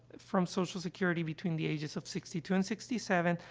from social security between the ages of sixty two and sixty seven,